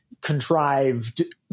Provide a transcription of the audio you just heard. contrived